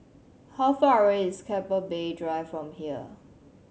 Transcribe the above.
how far away is Keppel Bay Drive from here